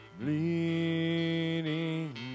bleeding